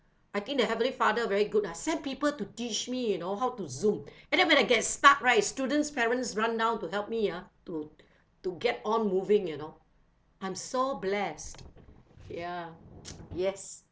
I think the heavenly father very good ah send people to teach me you know how to Zoom and then when I get stuck right students' parents run down to help me ah to to get on moving you know I'm so blessed ya yes